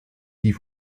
die